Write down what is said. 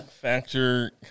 factor